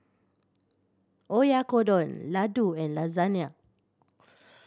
Oyakodon Ladoo and Lasagne